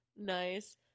Nice